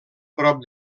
prop